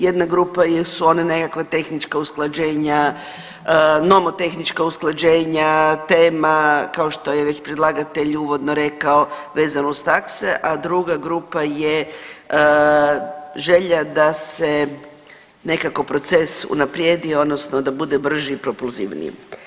Jedna grupa jesu ona nekakva tehnička usklađenja, nomotehnička usklađenja, tema kao što je već predlagatelj uvodno rekao vezano uz takse, a druga grupa je želja da se nekako proces unaprijedi odnosno da bude brži i propulzivniji.